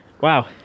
Wow